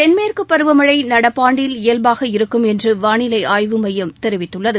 தென்மேற்கு பருவமழை நடப்பாண்டில் இயல்பாக இருக்கும் என்று வானிலை ஆய்வு மையம் தெரிவித்துள்ளது